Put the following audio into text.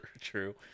true